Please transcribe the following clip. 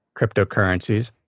cryptocurrencies